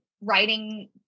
writing